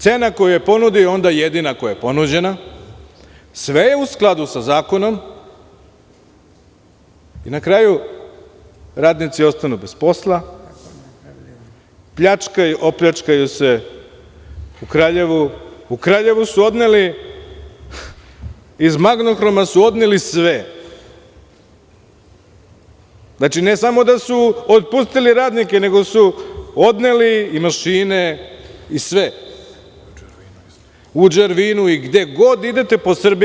Cena koja se ponudi, onda je jedina koja je ponuđena, sve je u skladu sa Zakonom, i na kraju radnici ostanu bez posla, pljačkaju i opljačkaju se u Kraljevu, a tamo su odneli iz „Magnohroma“ sve, ne samo da su otpustili radnike, nego su odneli i mašine i sve, u „Džervinu“, gde god da idete po Srbiji.